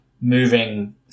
moving